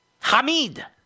Hamid